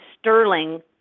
sterling